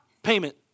Payment